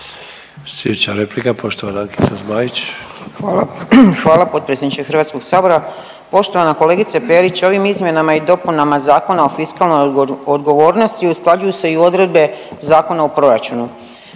Sljedeća replika poštovana Ankica Zmaić. **Zmaić, Ankica (HDZ)** Hvala potpredsjedniče HS-a. Poštovana kolegice Perić, ovim izmjenama i dopunama Zakona o fiskalnoj odgovornosti usklađuju se i odredbe Zakona o proračunu.